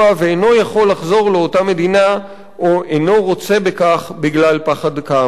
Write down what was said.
ואינו יכול לחזור לאותה מדינה או אינו רוצה בכך בגלל פחד כאמור".